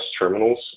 terminals